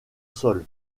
sol